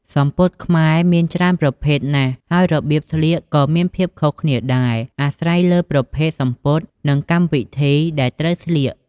សំពត់ខ្មែរមានច្រើនប្រភេទណាស់ ហើយរបៀបស្លៀកក៏មានភាពខុសគ្នាដែរ អាស្រ័យលើប្រភេទសំពត់ និងកម្មវិធីដែលត្រូវស្លៀក។